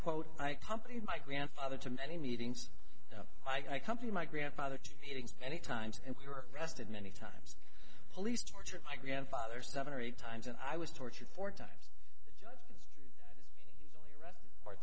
quote i company my grandfather to many meetings i company my grandfather many times and we were arrested many times police tortured my grandfather seven or eight times and i was tortured four